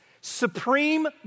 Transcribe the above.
supreme